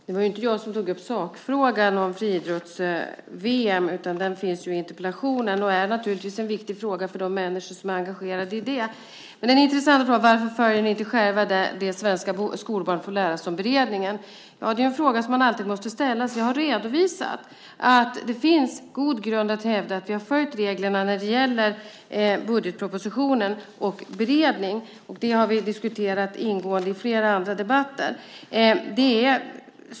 Fru talman! Det var inte jag som tog upp sakfrågan om friidrotts-VM, utan den finns i interpellationen. Det är naturligtvis en viktig fråga för de människor som är engagerade i det. Den intressanta frågan var varför vi själva inte följer det som svenska skolbarn får lära sig om beredningen. Det är en fråga man alltid måste ställa sig. Jag har redovisat att det finns god grund att hävda att vi följt reglerna när det gäller budgetpropositionen och beredningen. Det har vi diskuterat ingående i flera andra debatter.